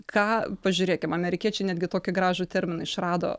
ką pažiūrėkim amerikiečiai netgi tokį gražų terminą išrado